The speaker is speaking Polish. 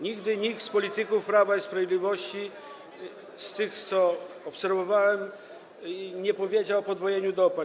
Nigdy nikt z polityków Prawa i Sprawiedliwości, z tych, których obserwowałem, nie powiedział o podwojeniu dopłat.